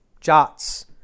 Jots